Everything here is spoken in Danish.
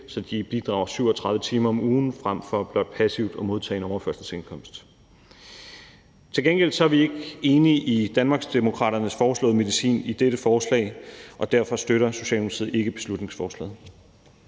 så de bidrager 37 timer om ugen frem for blot passivt at modtage en overførselsindkomst. Til gengæld er vi ikke enige i Danmarksdemokraternes foreslåede medicin i dette forslag, og derfor støtter Socialdemokratiet ikke beslutningsforslaget.